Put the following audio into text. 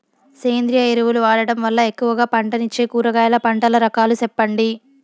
సేంద్రియ ఎరువులు వాడడం వల్ల ఎక్కువగా పంటనిచ్చే కూరగాయల పంటల రకాలు సెప్పండి?